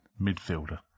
midfielder